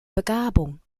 begabung